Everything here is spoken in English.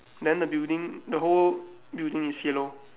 then the building the whole building is yellow